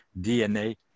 DNA